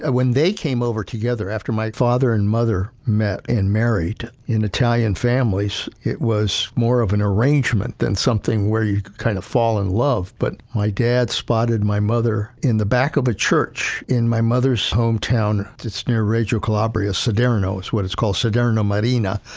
ah when they came over together after my father and mother met in married in italian families, it was more of an arrangement than something where you kind of fall in love but my dad spotted my mother in the back of a church in my mother's hometown. it's it's near reggio calabria siderno is what it's called siderno marina,